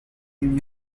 new